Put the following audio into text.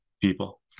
people